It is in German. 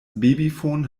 babyfon